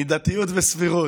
מידתיות וסבירות,